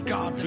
God